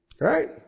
right